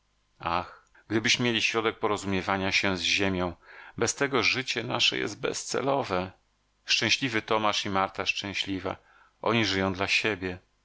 ach gdybyśmy mieli środek porozumiewania się z ziemią bez tego życie nasze jest bezcelowe szczęśliwy tomasz i marta szczęśliwa oni żyją dla siebie